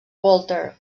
walter